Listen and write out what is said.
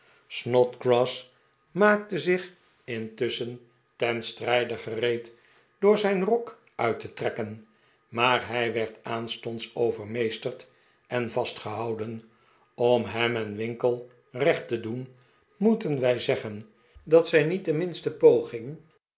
snodgrass maakte zich intusschen ten strijde gereed door zijn rbk uit te trekken maar hij werd aanstonds overmeesterd en vastgehouden om hem en winkle recht te doen moeten wij zeggen dat zij niet de minste poging